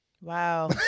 Wow